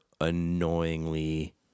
annoyingly